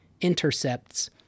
intercepts